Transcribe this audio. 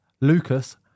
Lucas